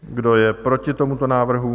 Kdo je proti tomuto návrhu?